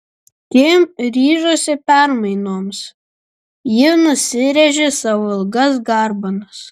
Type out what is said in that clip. kim ryžosi permainoms ji nusirėžė savo ilgas garbanas